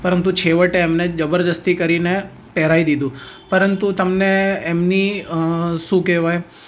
પરંતુ છેવટે એમને જબરજસ્તી કરીને પહેરાવી દીધું પરંતુ તમને એમની શું કહેવાય